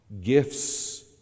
gifts